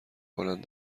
کنند